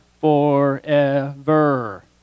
forever